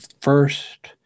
first